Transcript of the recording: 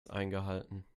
eingehalten